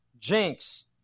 Jinx